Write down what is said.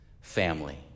family